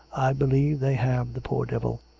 i believe they have the poor devil!